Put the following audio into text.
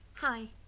Hi